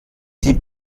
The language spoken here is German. die